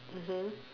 mmhmm